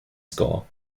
score